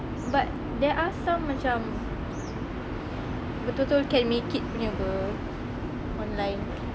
but there are some macam betul betul can make it punya apa online